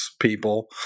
people